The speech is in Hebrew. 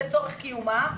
לצורך קיומם,